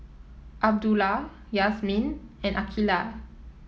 Abdullah Yasmin and Aqilah